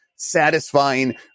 Satisfying